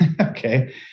okay